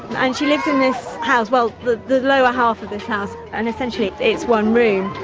and she lives in this house, well the the lower half of this house, and essentially it's one room.